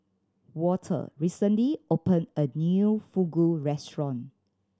Walter recently opened a new Fugu Restaurant